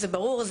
זה ברור,